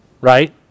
right